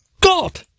God